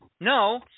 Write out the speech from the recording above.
No